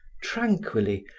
tranquilly,